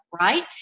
right